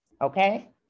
Okay